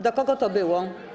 do kogo to było?